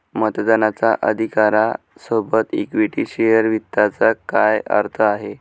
मतदानाच्या अधिकारा सोबत इक्विटी शेअर वित्ताचा काय अर्थ आहे?